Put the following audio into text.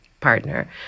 partner